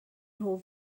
nhw